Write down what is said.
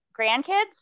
grandkids